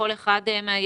בכל אחד מהישובים,